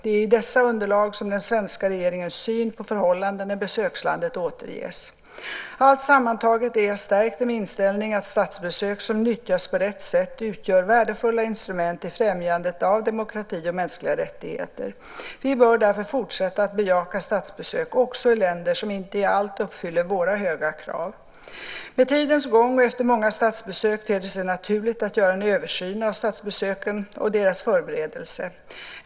Det är i dessa underlag som den svenska regeringens syn på förhållandena i besökslandet återges. Allt sammantaget är jag stärkt i min inställning att statsbesök som nyttjas på rätt sätt utgör värdefulla instrument i främjandet av demokrati och mänskliga rättigheter. Vi bör därför fortsätta att bejaka statsbesök också i länder som inte i allt uppfyller våra höga krav. Med tidens gång och efter många statsbesök ter det sig naturligt att göra en översyn av statsbesöken och dessas förberedelser.